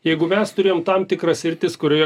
jeigu mes turėjom tam tikras sritis kurioje